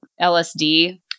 LSD